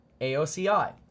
AOCI